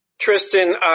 Tristan